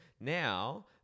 Now